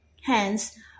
Hence